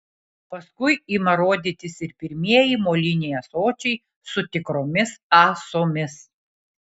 paskui ima rodytis ir pirmieji moliniai ąsočiai su tikromis ąsomis